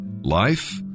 Life